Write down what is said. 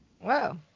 Wow